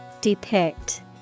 Depict